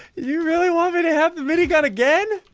you really want me to have the minigun again